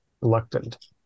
reluctant